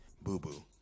boo-boo